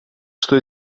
что